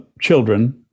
children